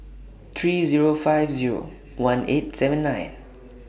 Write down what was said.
three Zero five Zero one eight seven nine